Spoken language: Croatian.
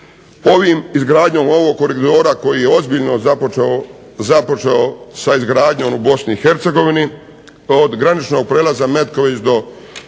Izgradnjom ovog koridora koji je ozbiljno započeo sa izgradnjom u BiH od graničnog prijelaza Metković do …